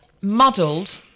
muddled